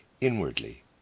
inwardly